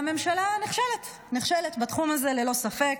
והממשלה נכשלת, נכשלת בתחום הזה, ללא ספק.